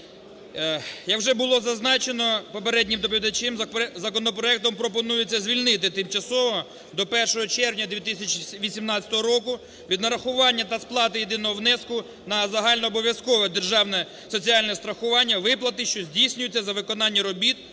Як вже було зазначено попереднім доповідачем законопроектом, пропонується звільнити тимчасово до 1 червня 2018 року від нарахування та сплати єдиного внеску на загальнообов'язкове державне соціальне страхування виплати, що здійснюються за виконання робіт